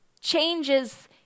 changes